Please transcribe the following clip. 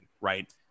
right